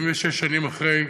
76 שנים אחרי,